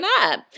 up